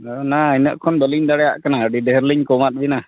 ᱚᱱᱟ ᱤᱱᱟᱹᱜ ᱠᱷᱚᱱ ᱵᱟᱹᱞᱤᱧ ᱫᱟᱲᱮᱭᱟᱜ ᱠᱟᱱᱟ ᱟᱹᱰᱤ ᱰᱷᱮᱹᱨ ᱞᱤᱧ ᱠᱚᱢᱟᱜ ᱵᱤᱱᱟ